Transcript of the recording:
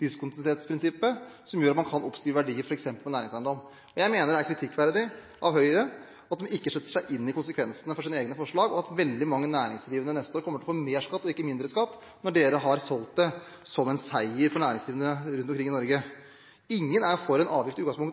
diskontinuitetsprinsippet, som gjør at man kan oppskrive verdier på f.eks. næringseiendom. Jeg mener det er kritikkverdig av Høyre at de ikke setter seg inn i konsekvensene av sine egne forslag, og at veldig mange næringsdrivende neste år kommer til å få mer og ikke mindre skatt, når de har solgt det som en seier for næringslivet rundt omkring i